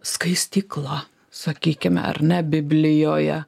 skaistykla sakykime ar ne biblijoje